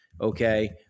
okay